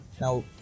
Now